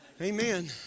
amen